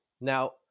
Now